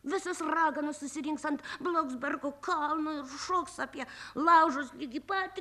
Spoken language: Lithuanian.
visos raganos susirinks ant blogzbergo kalno ir šoks apie laužus ligi pat